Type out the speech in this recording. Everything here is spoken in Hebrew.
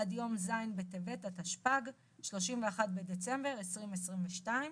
עד יום ז' בטבת התשפ"ג (31 בדצמבר 2022),